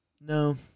No